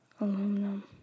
Aluminum